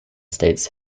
states